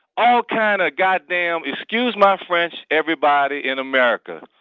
all kind of goddamn excuse my french everybody in america.